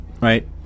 right